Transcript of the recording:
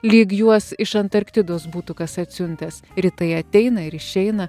lyg juos iš antarktidos būtų kas atsiuntęs rytai ateina ir išeina